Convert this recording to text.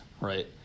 right